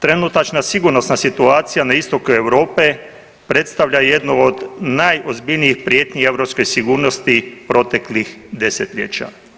Trenutačna sigurnosna situacija na istoku Europe predstavlja jednu od najozbiljnijih prijetnji europske sigurnosti proteklih desetljeća.